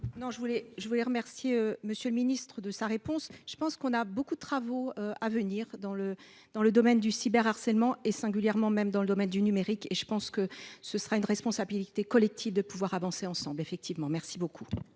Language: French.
je voulais remercier monsieur le Ministre de sa réponse. Je pense qu'on a beaucoup de travaux à venir dans le, dans le domaine du cyber harcèlement et singulièrement même dans le domaine du numérique et je pense que ce sera une responsabilité collective de pouvoir avancer ensemble effectivement, merci beaucoup.